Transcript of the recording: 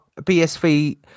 BSV